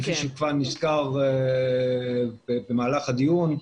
כפי שכבר נסקר במהלך הדיון,